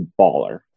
baller